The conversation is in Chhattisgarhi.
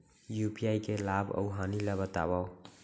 यू.पी.आई के लाभ अऊ हानि ला बतावव